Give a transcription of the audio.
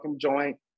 joint